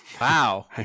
Wow